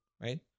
right